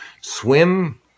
swim